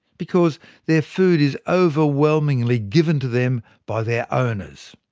because their food is overwhelmingly given to them by their owners.